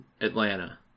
Atlanta